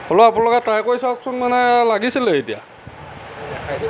হ'লেও আপোনালোকে ট্ৰাই কৰি চাওকচোন মানে লাগিছিলেই এতিয়া